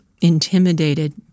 intimidated